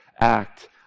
act